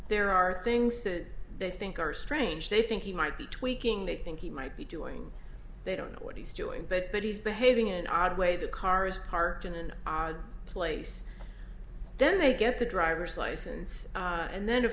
there are things that they think are strange they think he might be tweaking they think he might be doing they don't know what he's doing but that he's behaving in an odd way the car is parked in place then they get the driver's license and then of